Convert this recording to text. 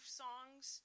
songs